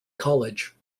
college